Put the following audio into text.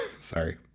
Sorry